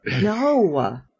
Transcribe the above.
no